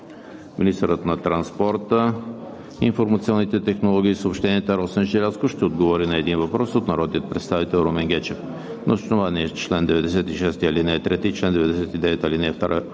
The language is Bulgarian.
Министърът на транспорта, информационните технологии и съобщенията Росен Желязков ще отговори на 1 въпрос от народния представител Румен Гечев. На основание чл. 96, ал. 3 и чл. 99, ал. 2